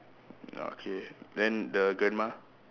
okay then the grandma